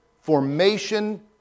formation